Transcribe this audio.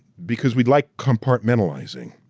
because we like compartmentalizing.